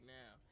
now